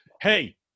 hey